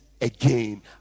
again